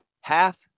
half